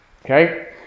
Okay